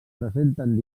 presenten